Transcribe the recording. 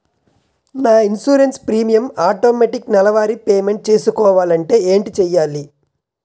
నా insurance premium automatic నెలవారి payment చేసుకోవాలంటే ఏంటి చేయాలి?